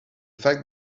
fact